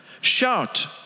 shout